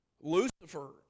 Lucifer